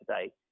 today